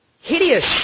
Hideous